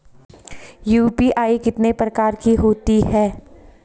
UPI कितने प्रकार की होती हैं?